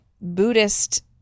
Buddhist